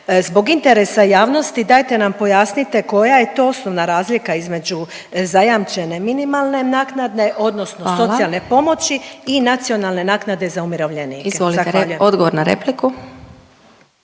Zbog interesa javnosti dajte nam pojasnite koja je to osnovna razlika između zajamčene minimalne naknade, odnosno socijalne pomoći … …/Upadica Glasovac: Hvala./… … i nacionalne